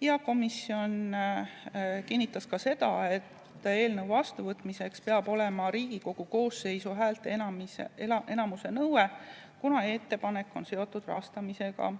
ja komisjon kinnitas ka seda, et eelnõu vastuvõtmiseks peab olema Riigikogu koosseisu häälteenamuse nõue, kuna ettepanek on seotud rahastamisega